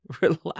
Relax